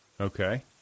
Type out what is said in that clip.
Okay